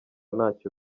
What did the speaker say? ntacyo